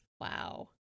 Wow